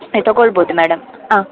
ತಕೊಳ್ಬೋದು madam ಹಾಂ